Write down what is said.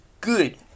good